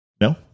No